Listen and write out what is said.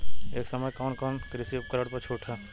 ए समय कवन कवन कृषि उपकरण पर छूट ह?